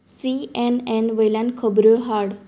CNN वयल्यान खबऱ्यो हाड